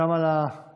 גם על הסיוע,